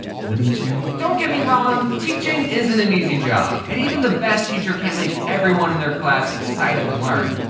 wouldn't you? don't get me wrong, teaching isn't an easy job and even the best teacher can't make everyone in their class excited to learn.